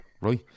right